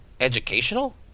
educational